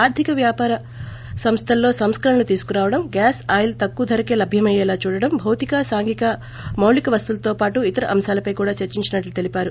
ఆర్గిక వ్యాపార సంస్వల్లో సంస్కరణలు తీసుకు రావడం గ్యాస్ ఆయిల్ తక్కువ ధరకే లభ్యమయ్యేలా చూడడం భౌతిక సాంఘిక మౌళిక వసతులతో పాటు ఇతర అంశాలపై చర్చించినట్లు తెలిపారు